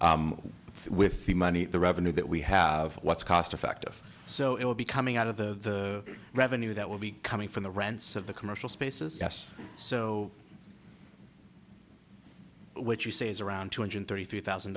with the money the revenue that we have what's cost effective so it will be coming out of the revenue that will be coming from the rents of the commercial spaces yes so what you say is around two hundred thirty three thousand